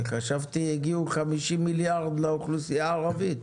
חשבתי הגיעו 50 מיליארד לאוכלוסייה הערבית.